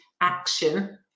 action